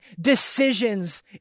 decisions